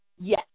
Yes